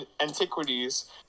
antiquities